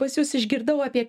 pas jus išgirdau apie